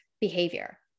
behavior